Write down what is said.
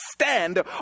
stand